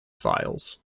files